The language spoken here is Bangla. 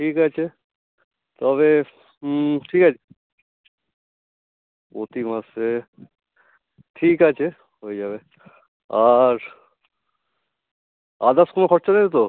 ঠিক আছে তবে ঠিক আছে প্রতি মাসে ঠিক আছে হয়ে যাবে আর আদার্স কোনো খরচা নেই তো